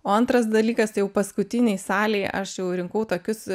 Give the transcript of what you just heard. o antras dalykas tai jau paskutinėj salėj aš jau rinkau tokius